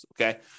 okay